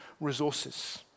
resources